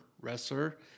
wrestler